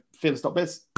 fearless.biz